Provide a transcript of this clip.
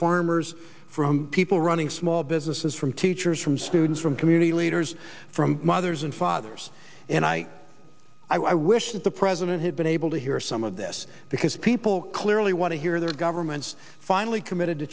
farmers from people running small businesses from teachers from students from community leaders from mothers and fathers and i i wish that the president had been able to hear some of this because people clearly want to hear their government's finally committed to